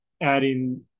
adding